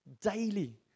daily